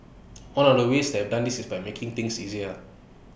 one of the ways they have done this is by making things easier